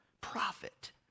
profit